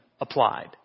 applied